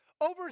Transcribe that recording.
over